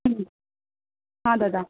हम्म हा दादा